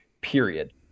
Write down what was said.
period